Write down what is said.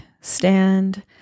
stand